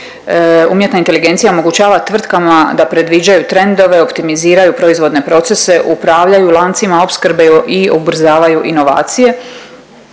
umjetna inteligencija omogućava tvrtkama da predviđaju trendove, optimiziraju proizvodne procese, upravljaju lancima opskrbe i ubrzavaju inovacije.